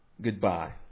goodbye